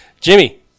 Jimmy